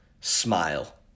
smile